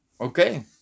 okay